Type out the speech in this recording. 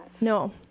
No